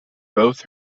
both